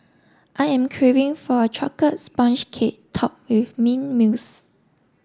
I am craving for a chocolate sponge cake topped with mint mousse